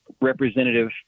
representative